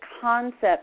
concept